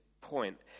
point